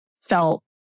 felt